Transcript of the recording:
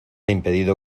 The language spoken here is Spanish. impedido